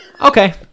Okay